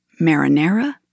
marinara